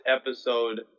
episode